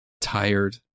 tired